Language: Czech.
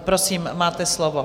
Prosím, máte slovo.